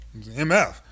MF